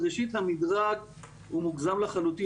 אף אחד לא מוריד לי שקל אחד מהמיליון הזה,